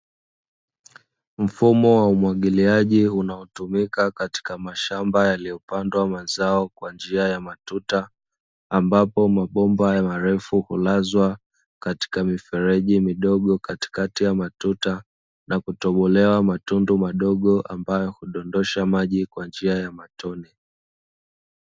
Mfumo wa umwagiliaji unaotumika katika mashamba yaliyopandwa mazao kwa njia ya matuta, ambapo mabomba marefu hulazwa katika mifereji midogo katikati ya matuta na kutobolewa matundu madogo ambayo hudondosha maji kwa njia ya matone.